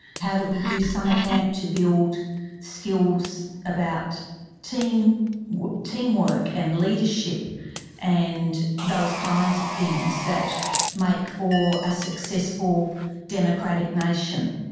how do we use summer camp to build skills about teamwork and leadership and those kinds of things that make for a successful democratic nation?